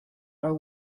are